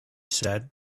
said